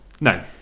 No